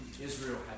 Israel